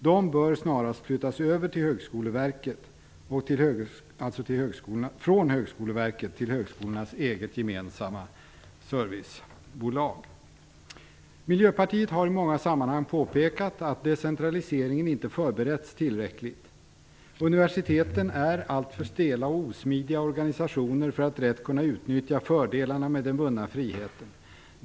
De bör snarast flyttas över från Högskoleverket till högskolornas eget gemensamma servicebolag. Miljöpartiet har i många sammanhang påpekat att decentraliseringen inte förberetts tillräckligt. Universiteten är alltför stela och osmidiga organisationer för att rätt kunna utnyttja fördelarna med den vunna friheten.